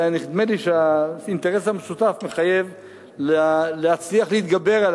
ונדמה לי שהאינטרס המשותף מחייב להצליח להתגבר על